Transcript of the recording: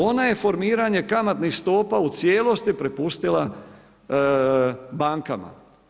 Ona je formiranje kamatnih stopa u cijelosti prepustila bankama.